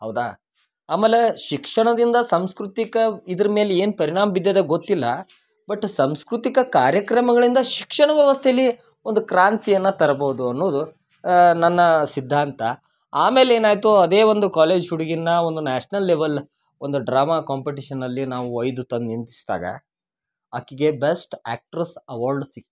ಹೌದಾ ಆಮೇಲೆ ಶಿಕ್ಷಣದಿಂದ ಸಾಂಸ್ಕೃತಿಕ ಇದ್ರ ಮೇಲೆ ಏನು ಪರಿಣಾಮ ಬಿದ್ದದೆ ಗೊತ್ತಿಲ್ಲ ಬಟ್ ಸಾಂಸ್ಕೃತಿಕ ಕಾರ್ಯಕ್ರಮಗಳಿಂದ ಶಿಕ್ಷಣ ವ್ಯವಸ್ಥೆಲಿ ಒಂದು ಕ್ರಾಂತಿಯನ್ನ ತರ್ಬೋದು ಅನ್ನೋದು ನನ್ನ ಸಿದ್ಧಾಂತ ಆಮೇಲೆ ಏನಾಯಿತು ಅದೇ ಒಂದು ಕಾಲೇಜ್ ಹುಡ್ಗಿನ ಒಂದು ನ್ಯಾಷ್ನಲ್ ಲೆವಲ್ ಒಂದು ಡ್ರಾಮಾ ಕಾಂಪಟೇಶನಲ್ಲಿ ನಾವು ಒಯ್ದು ತಂದು ನಿಂತ್ಸ್ದಾಗ ಆಕಿಗೆ ಬೆಸ್ಟ್ ಆ್ಯಕ್ಟ್ರಸ್ ಅವಾರ್ಡ್ ಸಿಕ್ತು